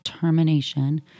termination